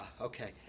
Okay